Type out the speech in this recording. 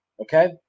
okay